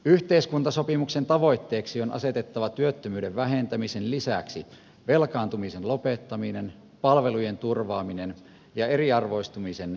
yhteiskuntasopimuksen tavoitteeksi on asetettava työttömyyden vähentämisen lisäksi velkaantumisen lopettaminen palvelujen turvaaminen ja eriarvoistumisen hillitseminen